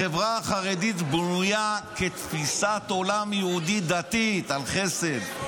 החברה החרדית בנויה כתפיסת עולם יהודית דתית על חסד.